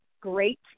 great